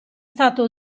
stato